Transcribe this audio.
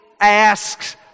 asks